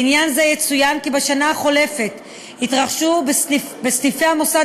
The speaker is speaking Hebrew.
בעניין זה יצוין כי בשנה החולפת התרחשו בסניפי המוסד